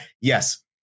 yes